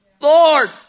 Lord